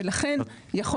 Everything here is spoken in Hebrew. ולכן,